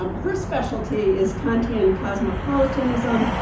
um her specialty is kantian cosmopolitanism,